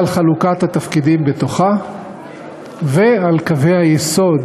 על חלוקת התפקידים בתוכה ועל קווי היסוד